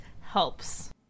helps